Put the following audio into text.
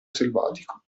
selvatico